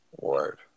Word